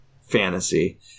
fantasy